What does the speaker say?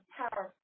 power